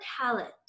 talent